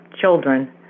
children